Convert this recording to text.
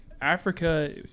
africa